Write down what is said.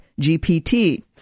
GPT